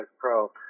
Pro